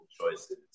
choices